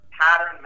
Pattern